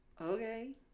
okay